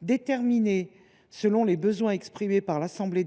déterminé selon les besoins exprimés par